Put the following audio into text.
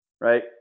Right